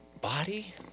body